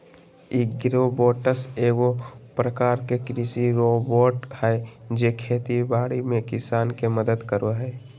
agribots एगो प्रकार के कृषि रोबोट हय जे खेती बाड़ी में किसान के मदद करो हय